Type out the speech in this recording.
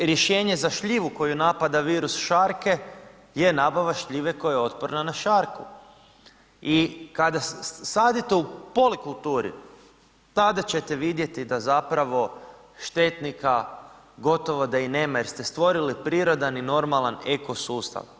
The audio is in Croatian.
I rješenje za šljivu koju napada virus šarke je nabava šljive koja je otporna na šarku i kada sadite u polikulturi, tada ćete vidjeti da zapravo štetnika gotovo da i nema jer ste stvorili prirodan i normalan eko-sustav.